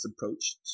approach